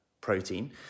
protein